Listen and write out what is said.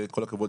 כל הכבוד,